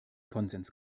konsens